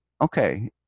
okay